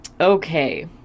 okay